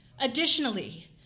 Additionally